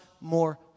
more